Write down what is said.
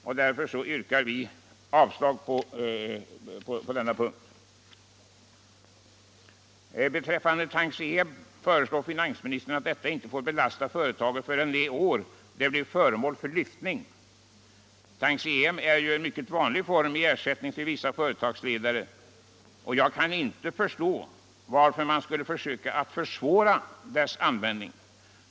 Vi yrkar därför avslag på detta förslag. Beträffande tantiem föreslår finansministern att detta icke skall få belasta företaget förrän det år det blir föremål för lyftning. Tantiem är en mycket vanlig form av ersättning till vissa företagsledare, och jag kan inte förstå varför man skall försöka försvåra dess användning.